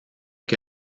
que